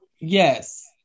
yes